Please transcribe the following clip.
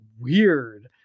weird